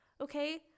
okay